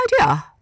idea